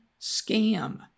scam